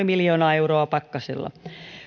miljoonaa euroa pakkasella